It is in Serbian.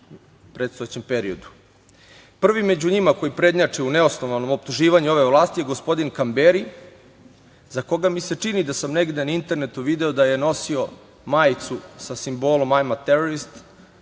predstojećem periodu. Prvi među njima koji prednjače u neosnovanom optuživanju ove vlasti je gospodin Kamberi, a za koga mi se čini, negde na internetu sam video, da je nosio majicu sa simbolom „I'm terrorist“